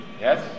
yes